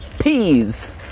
Peas